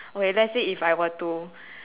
okay let's say if I were to